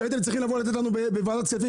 כשהייתם צריכים לבוא לתת לנו בוועדת כספים,